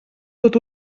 tot